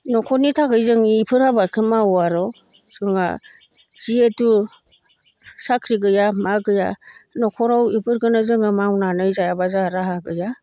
न'खरनि थाखाय जों बेफोर आबादखौ मावो आरो जोंहा जिहेथु साख्रि गैया मा गैया न'खराव बेफोरखौनो जोङो मावनानै जायाबा जोंहा राहा गैया